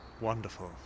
Wonderful